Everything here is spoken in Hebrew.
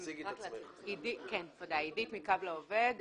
אני מקו לעובד.